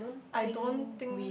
I don't think